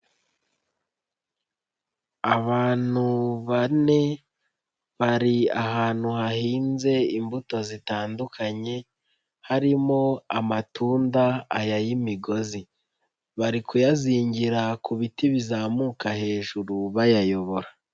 Abantu bane bari ahantu hahinze imbuto zitandukanye harimo amatunda aya y'imigozi, bari kuyazingira ku biti bizamuka hejuru bayayobora.